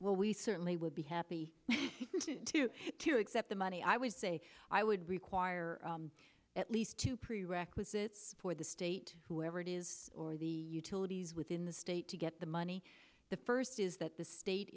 well we certainly would be happy to accept the money i would say i would require at least two prerequisites for the state whoever it is or the utilities within the state to get the money the first is that the state